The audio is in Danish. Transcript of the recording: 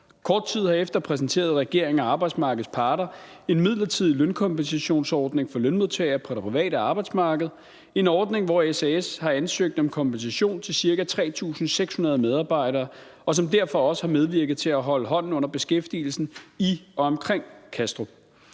Kort tid derefter præsenterede regeringen og arbejdsmarkedets parter en midlertidig lønkompensationsordning for lønmodtagere på det private arbejdsmarked, en ordning, hvor SAS har ansøgt om kompensation til ca. 3.600 medarbejdere, og som derfor også har medvirket til at holde hånden under beskæftigelsen i og omkring Kastrup.